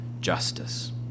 justice